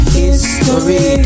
history